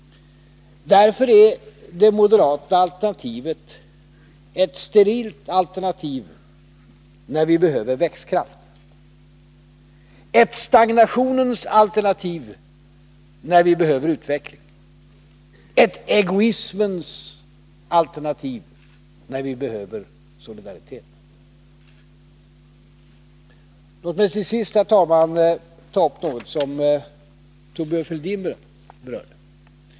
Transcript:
Därför är det moderata alternativet ett sterilt alternativ när vi behöver växtkraft, ett stagnationens alternativ när vi behöver utveckling, ett egoismens alternativ när vi behöver solidaritet. Låt mig till sist, herr talman, ta upp något av det som Thorbjörn Fälldin berörde.